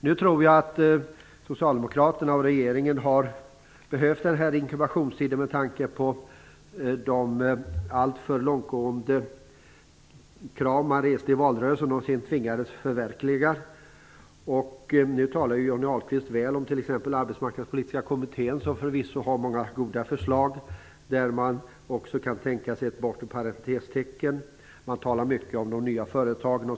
Nu tror jag att Socialdemokraterna och regeringen har behövt denna inkubationstid med tanke på de alltför långtgående krav som man reste i valrörelsen och sedan tvingades att förverkliga. Nu talar ju Johnny Ahlqvist väl om t.ex. Arbetsmarknadspolitiska kommittén, som förvisso har många goda förslag, där man också kan tänka sig ett bortre parentestecken. Man talar mycket om de nya företagen.